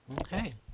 Okay